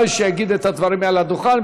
ודאי שיגיד את הדברים מעל הדוכן,